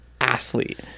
athlete